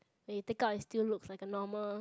when you take out it still looks like a normal